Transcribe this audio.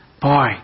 boy